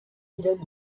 pilote